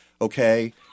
okay